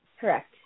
correct